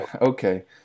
okay